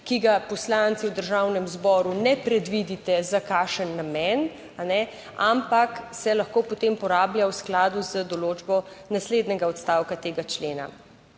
ki ga poslanci v Državnem zboru ne predvidite za kakšen namen, ampak se lahko potem porablja v skladu z določbo naslednjega odstavka tega člena.